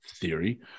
theory